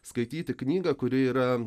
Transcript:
skaityti knygą kuri yra